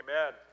amen